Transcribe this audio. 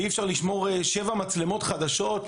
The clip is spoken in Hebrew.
אז אי אפשר לשמור שבע מצלמות חדשות?